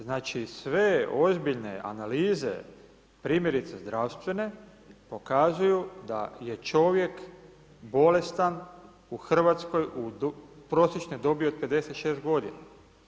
Znači sve ozbiljne analize, primjerice zdravstvene pokazuju da je čovjek bolestan u Hrvatskoj u prosječnoj dobi od 56 godina.